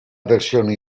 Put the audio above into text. versione